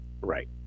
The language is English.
Right